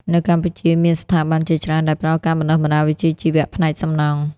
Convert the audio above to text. នៅកម្ពុជាមានស្ថាប័នជាច្រើនដែលផ្តល់ការបណ្តុះបណ្តាលវិជ្ជាជីវៈផ្នែកសំណង់។